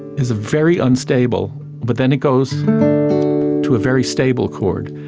is very unstable but then it goes to a very stable chord.